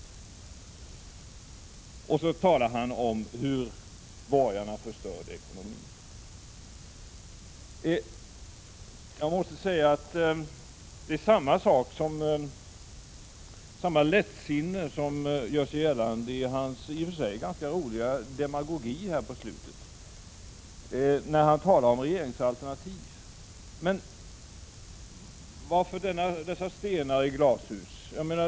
Ändå talar Ingvar Carlsson om hur borgarna förstörde ekonomin. Jag måste säga att det är samma lättsinne som gör sig gällande i hans i och för sig ganska roliga demagogi här på slutet när han talar om regeringsalternativ. Men varför dessa stenar i glashus?